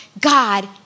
God